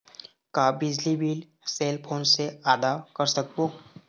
का बिजली bill cell phone से आदा कर सकबो?